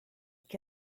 que